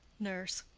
nurse.